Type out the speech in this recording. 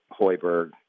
Hoiberg